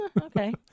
Okay